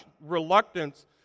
reluctance